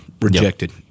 rejected